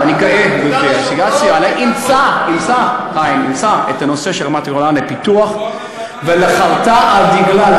יהודה ושומרון, את הכול, קדימה.